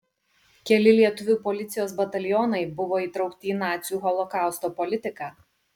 keli lietuvių policijos batalionai buvo įtraukti į nacių holokausto politiką